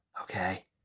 okay